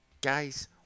Guys